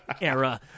era